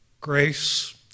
grace